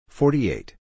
forty-eight